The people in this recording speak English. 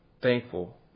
thankful